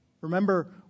Remember